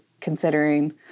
considering